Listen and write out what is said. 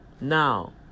Now